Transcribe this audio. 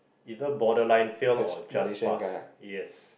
either borderline fail or just pass yes